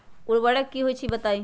उर्वरक की होई छई बताई?